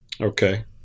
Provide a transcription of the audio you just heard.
Okay